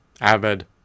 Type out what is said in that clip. avid